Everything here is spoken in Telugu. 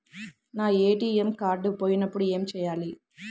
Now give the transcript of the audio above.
నా ఏ.టీ.ఎం కార్డ్ పోయినప్పుడు ఏమి చేయాలి?